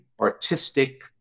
artistic